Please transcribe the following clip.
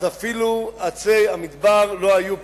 אז אפילו עצי המדבר לא היו פה.